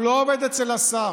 הוא לא עובד אצל השר.